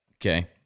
Okay